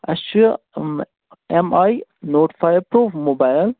اَسہِ چھُ M I note five pro mobile